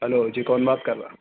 hello جی کون بات کر رہا ہے